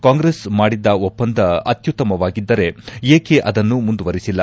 ಕಾಂಗ್ರೆಸ್ ಮಾಡಿದ್ದ ಒಪ್ಪಂದ ಅತ್ಯುತ್ತಮವಾಗಿದ್ದರೆ ಏಕೆ ಅದನ್ನು ಮುಂದುವರಿಸಿಲ್ಲ